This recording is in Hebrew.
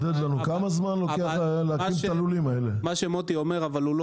מה שמוטי אומר הוא שהחסם כרגע הוא לא